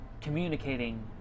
communicating